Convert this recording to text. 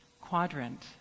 quadrant